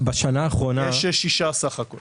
ששה.